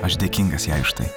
aš dėkingas jai už tai